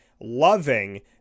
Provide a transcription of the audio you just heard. loving